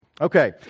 Okay